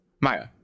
Maya